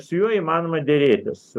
su juo įmanoma derėtis